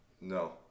No